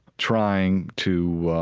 trying to,